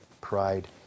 pride